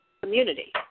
community